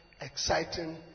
exciting